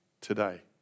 today